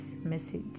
message